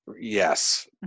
Yes